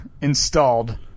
installed